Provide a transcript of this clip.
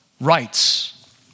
rights